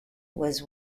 was